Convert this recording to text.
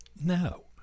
no